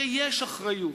שיש אחריות,